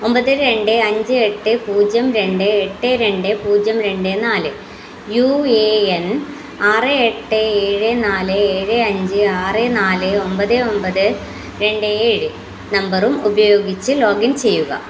ഒമ്പത് രണ്ട് അഞ്ച് എട്ട് പൂജ്യം രണ്ട് എട്ട് രണ്ട് പൂജ്യം രണ്ട് നാല് യു എ എൻ ആറ് എട്ട് ഏഴ് നാല് ഏഴ് അഞ്ച് ആറ് നാല് ഒമ്പത് ഒമ്പത് രണ്ട് ഏഴ് നമ്പറും ഉപയോഗിച്ച് ലോഗിൻ ചെയ്യുക